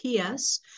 PS